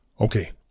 Okay